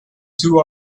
two